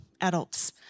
adults